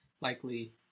likely